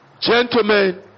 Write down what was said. Gentlemen